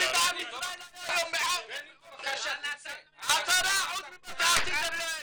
עם ישראל היה היום --- 10% ממה שעשיתם להם.